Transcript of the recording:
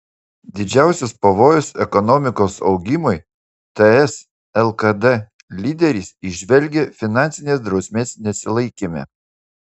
didžiausius pavojus ekonomikos augimui ts lkd lyderis įžvelgia finansinės drausmės nesilaikyme